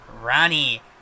Ronnie